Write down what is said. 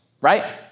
right